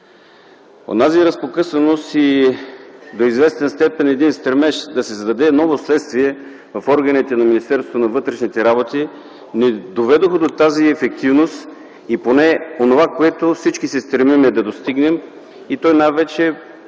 – онази разпокъсаност и до известна степен един стремеж да се създаде ново следствие в органите на Министерството на вътрешните работи. Те не доведоха до тази ефективност и поне до онова, което всички се стремим да достигнем и то е най-вече,